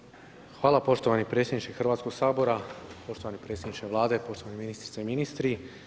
Hvala poštovani predsjedniče Hrvatskog sabora, poštovani predsjedniče Vlade, poštovane ministrice i ministri.